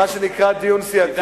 מה שנקרא התייעצות סיעתית?